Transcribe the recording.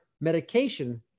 medication